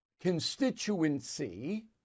constituency